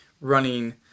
running